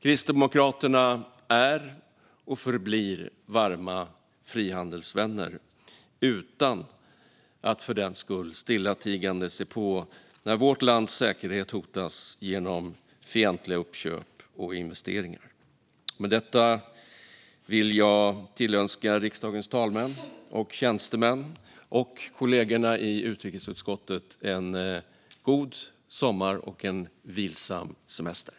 Kristdemokraterna är och förblir varma frihandelsvänner, utan att för den skull stillatigande se på när vårt lands säkerhet hotas genom fientliga uppköp och investeringar. Med detta vill jag tillönska riksdagens talmän och tjänstemän och kollegorna i utrikesutskottet en god sommar och en vilsam semester.